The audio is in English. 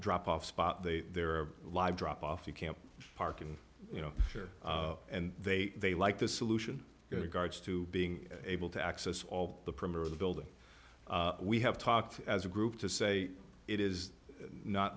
drop off spot there are live drop off you can't park and you know and they they like the solution guards to being able to access all the perimeter of the building we have talked as a group to say it is not